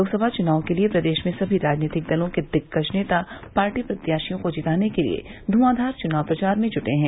लोकसभा चुनाव के लिये प्रदेश में सभी राजनीतिक दलों के दिग्गज नेता पार्टी प्रत्याशियों को जिताने के लिये धुंआघार चुनाव प्रचार में जुटे हैं